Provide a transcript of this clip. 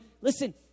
listen